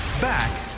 Back